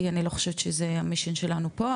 כי אני לא חושבת שזה המשימה שלנו פה,